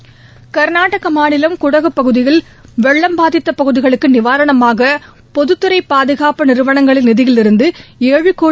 ள்நாடக மாநிலம் குடகு பகுதியில் வெள்ளம் பாதித்த பகுதிகளுக்கு நிவாரணமாக பொதுத்துறை பாதுகாப்பு நிறுவனங்களின் நிதியிலிருந்து ஏழு கோடி